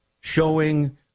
showing